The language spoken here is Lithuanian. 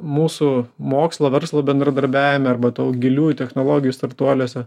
mūsų mokslo verslo bendradarbiavime arba tų giliųjų technologijų startuoliuose